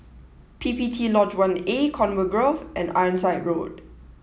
P P T Lodge one A Conway Grove and Ironside Road